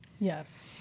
yes